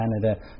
Canada